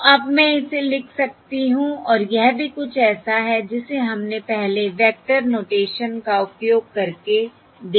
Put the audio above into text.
तो अब मैं इसे लिख सकती हूं और यह भी कुछ ऐसा है जिसे हमने पहले वेक्टर नोटेशन का उपयोग करके देखा है